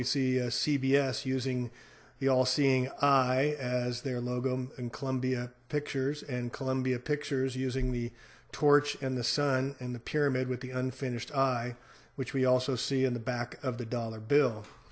we see a c b s using the all seeing eye as their logo in columbia pictures and columbia pictures using the torch in the sun in the pyramid with the unfinished eye which we also see in the back of the dollar bill